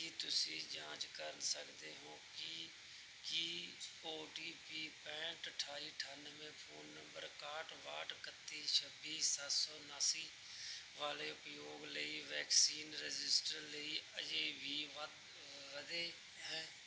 ਕੀ ਤੁਸੀਂ ਜਾਂਚ ਕਰ ਸਕਦੇ ਹੋ ਕਿ ਕੀ ਔ ਟੀ ਪੀ ਪੈਂਹਠ ਅਠਾਈ ਅਠਾਨਵੇਂ ਫ਼ੋਨ ਨੰਬਰ ਇਕਾਹਠ ਬਾਹਠ ਇਕੱਤੀ ਛੱਬੀ ਸੱਤ ਸੌ ਉਨਾਸੀ ਵਾਲੇ ਉਪਭੋਗਤਾ ਲਈ ਵੈਕਸੀਨ ਰਜਿਸਟ੍ਰੇਸ਼ਨ ਲਈ ਅਜੇ ਵੀ ਵੈਧ ਹੈ